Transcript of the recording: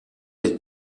del